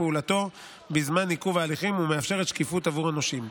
פעולתו בזמן עיכוב ההליכים ומאפשרת שקיפות עבור הנושים.